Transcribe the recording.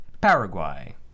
Paraguay